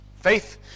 Faith